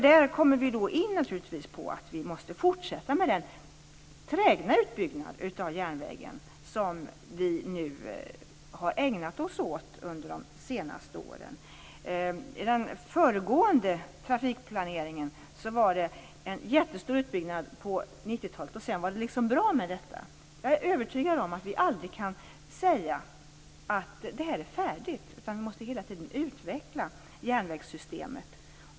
Där kommer vi in på att vi måste fortsätta med den trägna utbyggnad av järnvägen som vi nu har ägnat oss åt under de senaste åren. I den föregående trafikplaneringen var det en jättestor utbyggnad på 90-talet. Sedan var det liksom bra med det. Jag är övertygad om att vi aldrig kan säga att det här är färdigt. Vi måste hela tiden utveckla järnvägssystemet.